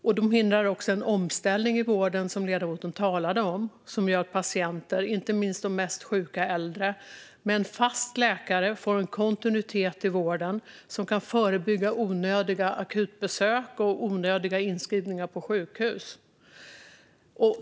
Detta hindrar också den omställning i vården som ledamoten talade om, som gör att patienter - inte minst de mest sjuka äldre - med en fast läkare får kontinuitet i vården och som kan förebygga onödiga akutbesök och onödiga inskrivningar på sjukhus.